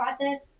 process